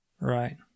Right